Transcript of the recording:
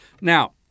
Now